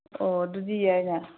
ꯑꯣ ꯑꯗꯨꯗꯤ ꯌꯥꯏꯅꯦ